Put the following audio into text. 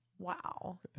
wow